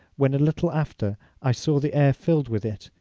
when a little after i saw the air filled with it,